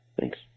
Thanks